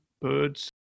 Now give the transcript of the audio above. birds